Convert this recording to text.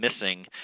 missing